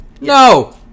No